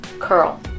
curl